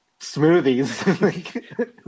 smoothies